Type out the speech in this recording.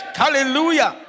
hallelujah